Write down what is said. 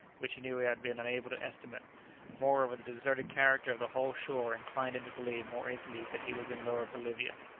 which he knew he had been unable to estimate moreover, the deserted character of the whole shore inclined him to believe more easily that he was in lower bolivia.